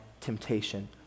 temptation